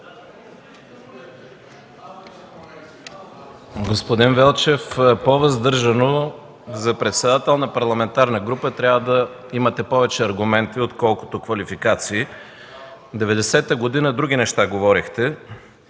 Господин Велчев, по-въздържано! За председател на парламентарна група трябва да имате повече аргументи, отколкото квалификации. През 1990 г. други неща говорехте,